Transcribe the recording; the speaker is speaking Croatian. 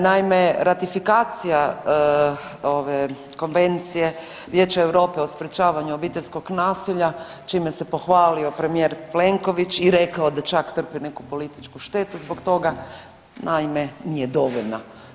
Naime, ratifikacija ove Konvencije Vijeća Europe o sprječavanju obiteljskog nasilja čime se pohvalio premijer Plenković i rekao da je čak i trpio neku političku štetu zbog toga, naime, nije dovoljna.